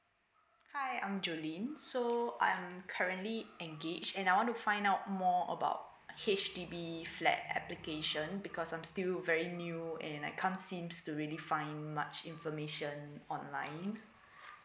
hi I'm jolene so I'm currently engaged and I want to find out more about H_D_B flat application because I'm still very new and I can't seems to really find much information online